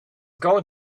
going